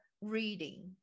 reading